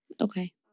Okay